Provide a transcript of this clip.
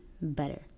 better